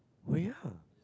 ya